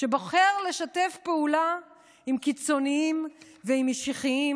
שבוחר לשתף פעולה עם קיצוניים ועם משיחיים,